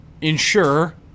ensure